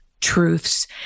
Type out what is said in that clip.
truths